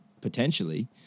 potentially